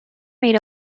made